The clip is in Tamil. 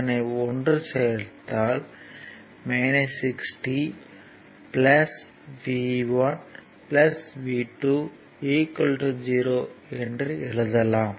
இதனை ஒன்று சேர்த்தால் 60 V1 V2 0 என்று எழுதலாம்